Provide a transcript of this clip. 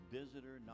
visitor